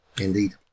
indeed